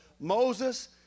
Moses